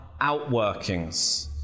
outworkings